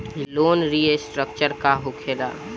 ई loan restructure का होखे ला?